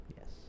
Yes